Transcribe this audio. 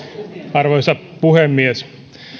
arvoisa puhemies